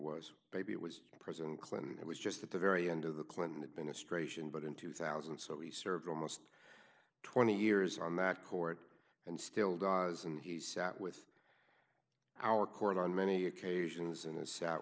was maybe it was president clinton who was just at the very end of the clinton administration but in two thousand so he served almost twenty years on that court and still does and he sat with our court on many occasions and sat